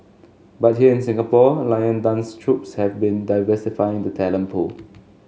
but here in Singapore lion dance troupes have been diversifying the talent pool